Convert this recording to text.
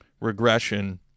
regression